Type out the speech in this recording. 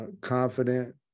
confident